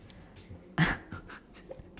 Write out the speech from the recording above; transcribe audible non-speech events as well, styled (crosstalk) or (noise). (laughs)